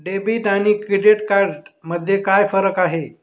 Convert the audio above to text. Debit आणि credit card मध्ये काय फरक आहे?